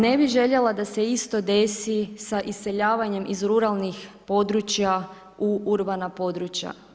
Ne bih željela da se isto desi da iseljavanjem iz ruralnih područja u urbana područja.